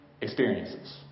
experiences